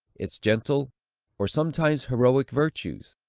its gentle or sometimes heroic virtues,